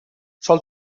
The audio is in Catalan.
sol